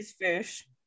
fish